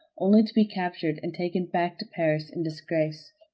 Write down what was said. only to be captured and taken back to paris in disgrace.